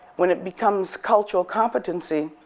when it becomes cultural competency,